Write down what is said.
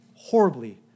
horribly